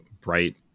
bright